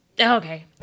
okay